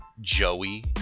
Joey